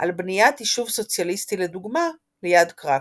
על בניית 'יישוב סוציאליסטי לדוגמה' ליד קרקוב.